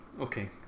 okay